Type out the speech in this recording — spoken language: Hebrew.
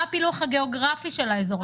מה הפילוח הגיאוגרפי של האזור הכפרי?